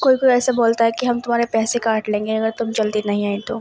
کوئی کوئی ایسا بولتا ہے کہ ہم تمہارے پیسے کاٹ لیں اگر تم جلدی نہیں آئے تو